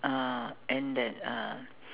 uh and that uh